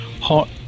Hot